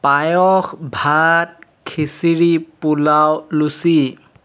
পায়স ভাত খিচিৰি পোলাও লুচি